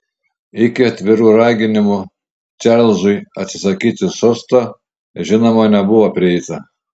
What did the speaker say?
iki atvirų raginimų čarlzui atsisakyti sosto žinoma nebuvo prieita